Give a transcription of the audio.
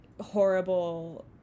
horrible